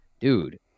dude